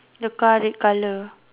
the car red colour